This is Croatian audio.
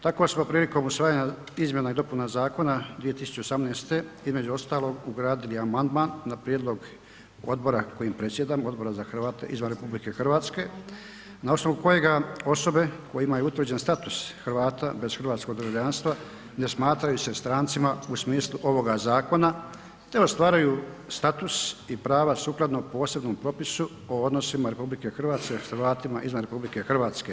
Tako smo prilikom usvajanja izmjena i dopuna zakona 2018. između ostalog ugradili amandman na prijedlog odbora kojim predsjedam Odbora za Hrvate izvan RH na osnovu kojega osobe koje imaju utvrđen status Hrvata bez hrvatskog državljanstva ne smatraju se strancima u smislu ovoga zakona te ostvaruju status i prava sukladno posebnom propisu o odnosima RH s Hrvatima izvan RH.